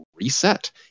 reset